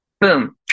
boom